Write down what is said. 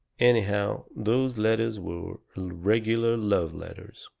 anyhow, those letters were regular love-letters.